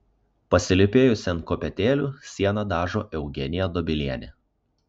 pasilypėjusi ant kopėtėlių sieną dažo eugenija dobilienė